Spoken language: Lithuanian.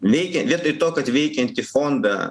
veikia vietoj to kad veikiantį fondą